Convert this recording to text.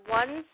one